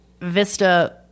Vista